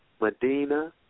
Medina